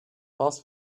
fast